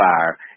fire